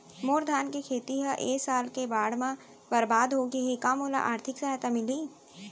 मोर धान के खेती ह ए साल के बाढ़ म बरबाद हो गे हे का मोला आर्थिक सहायता मिलही?